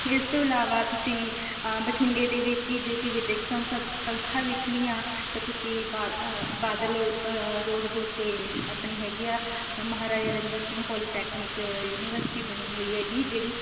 ਇਸ ਤੋਂ ਇਲਾਵਾ ਤੁਸੀਂ ਬਠਿੰਡੇ ਦੇ ਵਿੱਚ ਹੀ ਜੇ ਕੋਈ ਵਿੱਦਿਅਕ ਸੰਸਾ ਸੰਸਥਾ ਵੇਖਣੀ ਆ ਤਾਂ ਤੁਸੀਂ ਬਾ ਬਾਦਲ ਰੋ ਰੋਡ ਦੇ ਉੱਤੇ ਆਪਣੀ ਹੈਗੀ ਆ ਮਹਾਰਾਜਾ ਰਣਜੀਤ ਸਿੰਘ ਪੋਲੀਟੈਕਨੀਕ ਯੂਨੀਵਰਸਿਟੀ ਬਣੀ ਹੋਈ ਹੈਗੀ ਜਿਹੜੀ